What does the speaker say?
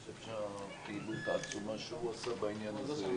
אני חושב שהפעילות העצומה שהוא עשה בעניין הזה,